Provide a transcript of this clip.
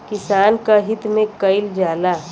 किसान क हित में कईल जाला